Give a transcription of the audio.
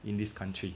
in this country